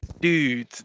dude